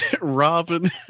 Robin